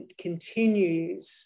continues